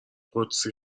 قدسی